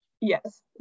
yes